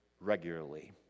regularly